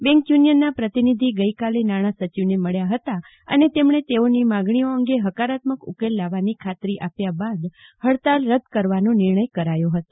bank યુનિયનના પ્રતિનિધિ ગઈકાલે નાણાં સચિવને મળ્યા હતા અને તેમણે તેઓની માગણીઓ અંગે હકારાત્મક ઉકેલ લાવવાની ખાતરી આપ્યા બાદ હડતાળ રદ કરવાનો નિર્ણય કરાયો હતો